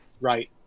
right